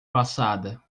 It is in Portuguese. passada